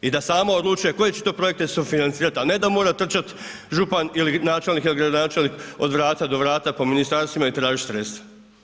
i da sama odlučuje koje će to projekte sufinancirati a ne da mora trčati župan ili načelnik ili gradonačelnik od vrata do vrata po ministarstvima i tražiti sredstva.